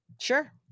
Sure